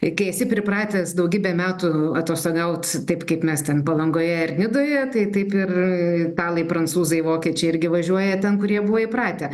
juk esi pripratęs daugybę metų atostogaut taip kaip mes ten palangoje ar nidoje tai taip ir italai prancūzai vokiečiai irgi važiuoja ten kur jie buvo įpratę